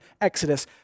Exodus